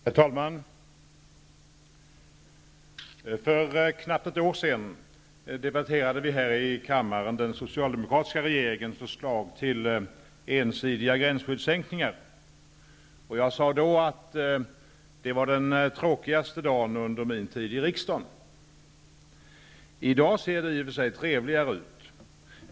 Herr talman! För knappt ett år sedan debatterade vi här i kammaren den socialdemokratiska regeringens förslag till ensidiga gränsskyddssänkningar, och jag sade då att det var den tråkigaste dagen under min tid i riksdagen. I dag ser det i och för sig trevligare ut.